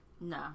No